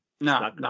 No